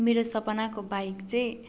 मेरो सपनाको बाइक चाहिँ